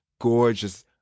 gorgeous